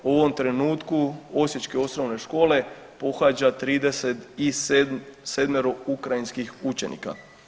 U ovom trenutku osječke osnovne škole pohađa 37 ukrajinskih učenika.